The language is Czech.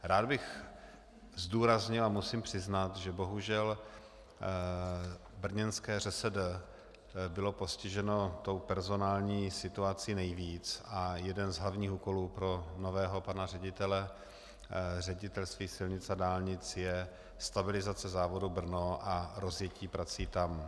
Rád bych zdůraznil a musím přiznat, že bohužel brněnské ŘSD bylo postiženo tou personální situací nejvíc, a jeden z hlavních úkolů pro nového pana ředitele Ředitelství silnic a dálnic je stabilizace závodu Brno a rozjetí prací tam.